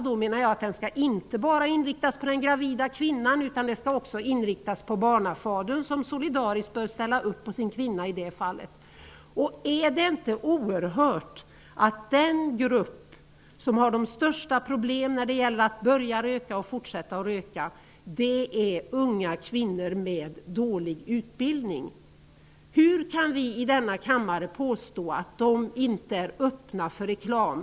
Jag menar att den inte bara skall inriktas på den gravida kvinnan utan också på barnafadern som solidariskt bör ställa upp på sin kvinna i det fallet. Är det inte oerhört att den grupp som har störst problem när det gäller att börja röka och fortsätta röka är unga kvinnor med dålig utbildning? Hur kan vi i denna kammare påstå att de inte är öppna för reklam?